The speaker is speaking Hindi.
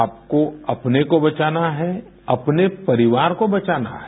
आपको अपने को बचाना है अपने परिवार को बचाना है